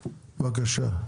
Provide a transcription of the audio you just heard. בבקשה.